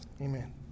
Amen